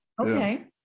Okay